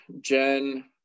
Jen